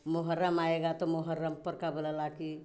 मुहर्रम आएगा तो मुहर्रम पर का बोला ला कि